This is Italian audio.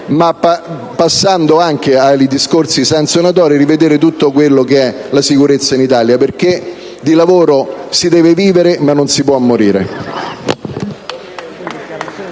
e passando anche ai discorsi sanzionatori, rivedendo tutto ciò che riguarda la sicurezza in Italia, perché di lavoro si deve vivere, ma non si può morire.